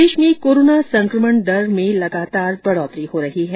प्रदेश में कोरोना संक्रमण की दर में लगातार बढ़ोतरी हो रही है